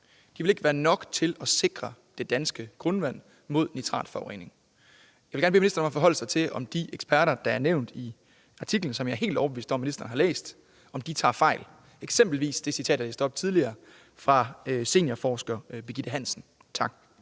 ikke vil være nok til at sikre det danske grundvand mod nitratforurening. Jeg vil gerne bede ministeren om at forholde sig til, om de eksperter, der er nævnt i artiklen, som jeg er helt overbevist om at ministeren har læst, tager fejl, eksempelvis det citat, jeg læste op tidligere, af seniorforsker Birgitte Hansen. Tak.